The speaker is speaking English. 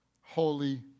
Holy